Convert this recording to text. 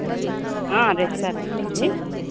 restaurant అండి